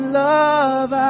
love